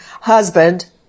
husband